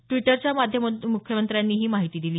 ट्विटरच्या माध्यमातून मुख्यमंत्र्यांनी ही माहिती दिली